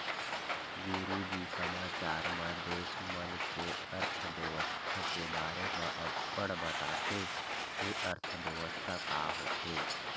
गुरूजी समाचार म देस मन के अर्थबेवस्था के बारे म अब्बड़ बताथे, ए अर्थबेवस्था का होथे?